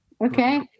Okay